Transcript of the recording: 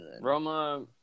Roma –